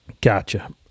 Gotcha